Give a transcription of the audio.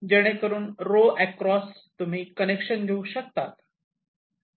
जेणेकरून row across तुम्ही connection घेऊ शकतात